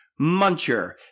Muncher